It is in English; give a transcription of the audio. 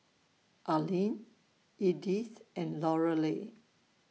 Arline Edythe and Lorelei